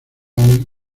hoy